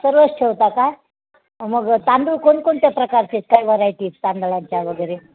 सर्वच ठेवता का मग तांदूळ कोणकोणत्या प्रकारचे काय व्हरायटीत तांदळांच्यावगैरे